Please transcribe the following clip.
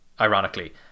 ironically